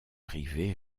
arrivée